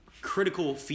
critical